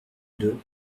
deux